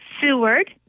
Seward